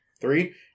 Three